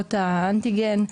בדיקות האנטיגן,